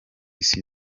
isi